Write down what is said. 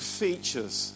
features